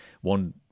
one